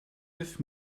neuf